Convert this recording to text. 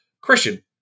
Christian